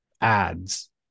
ads